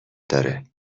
داره